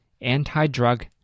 anti-drug